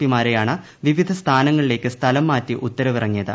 പിമാരെയാണ് വിവിധ സ്ഥാനങ്ങളിലേക്ക് സ്ഥലം മാറ്റി ഉത്തരവിറങ്ങിയത്